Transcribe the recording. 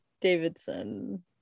Davidson